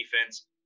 defense